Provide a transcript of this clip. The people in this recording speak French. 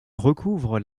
recouvre